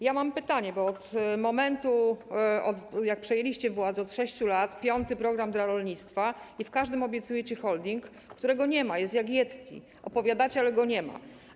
Ja mam pytanie, bo od momentu jak przejęliście władzę, od 6 lat, to piąty program dla rolnictwa i w każdym obiecujecie holding, którego nie ma, który jest jak Yeti - opowiadacie o nim, ale go nie ma.